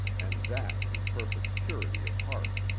and that in perfect purity of heart,